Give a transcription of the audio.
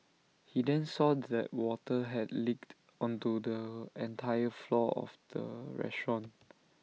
he then saw that water had leaked onto the entire floor of the restaurant